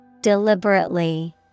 Deliberately